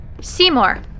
Seymour